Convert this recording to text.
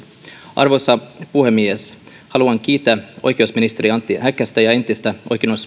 arvoisa puhemies haluan kiittää oikeusministeri antti häkkästä ja entistä